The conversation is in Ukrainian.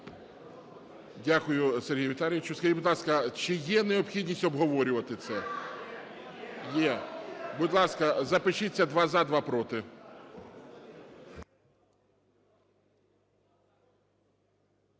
Дякую, Сергію Віталійовичу. Скажіть, будь ласка, чи є необхідність обговорювати це? (Шум у залі) Є. Будь ласка, запишіться: два – за, два – проти.